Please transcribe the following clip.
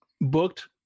booked